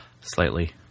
Slightly